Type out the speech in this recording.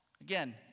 Again